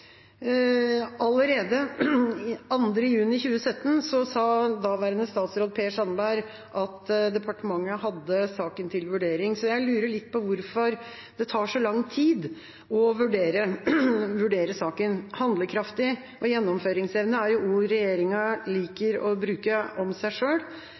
Allerede 2. juni 2017 sa daværende statsråd Per Sandberg at departementet hadde saken til vurdering, så jeg lurer litt på hvorfor det tar så lang tid å vurdere saken. «Handlekraftig» og «gjennomføringsevne» er jo ord regjeringa liker å bruke om seg